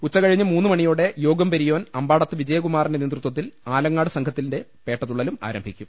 ഉച്ചകഴിഞ്ഞ് മൂന്ന് മണിയോടെ യോഗംപെരിയോൻ അമ്പാ ടത്ത് വിജയകുമാറിന്റെ നേതൃത്വത്തിൽ ആലങ്ങാട് സംഘത്തിന്റെ പേട്ട തുള്ളലും ആരംഭിക്കും